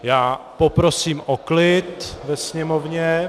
Já poprosím o klid ve sněmovně.